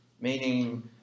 meaning